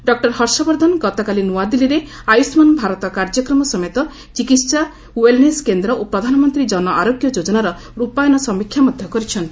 doctor Harshvardhan ଗତକାଲି ନୂଆଦିଲ୍ଲୀରେ ଆୟୁଷ୍ମାନ ଭାରତ କାର୍ଯ୍ୟକ୍ରମ ସମେତ ଚିକିହା ଓ୍ୱେଲ୍ନେସ୍ କେନ୍ଦ୍ର ଓ ପ୍ରଧାନମନ୍ତ୍ରୀ କନ ଆରୋଗ୍ୟ ଯୋଜନାର ରୂପାୟନ ସମୀକ୍ଷା ମଧ୍ୟ କରିଛନ୍ତି